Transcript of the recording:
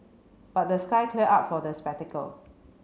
but the sky cleared up for the spectacle